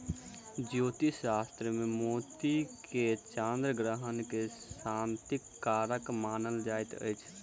ज्योतिष शास्त्र मे मोती के चन्द्र ग्रह के शांतिक कारक मानल गेल छै